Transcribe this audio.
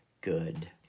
good